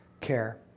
care